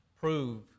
prove